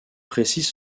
précise